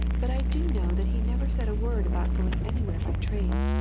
but i do know that he never said a word about going anywhere by train,